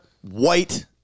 White